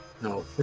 no